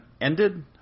ended